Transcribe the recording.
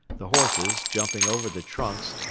the horses, jumping over the trunks,